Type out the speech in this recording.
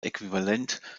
äquivalent